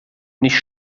nicht